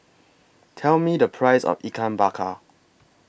Tell Me The Price of Ikan Bakar